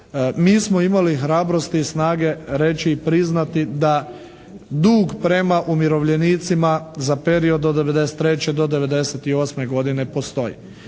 mi smo imali hrabrosti i snage reći i priznati da dug prema umirovljenicima za period od 1993. do 1998. godine postoji.